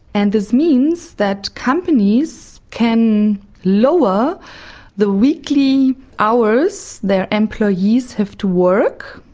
and this means that companies can lower the weekly hours their employees have to work.